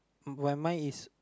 while mine is